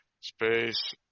Space